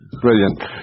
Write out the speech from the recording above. Brilliant